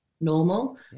normal